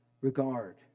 regard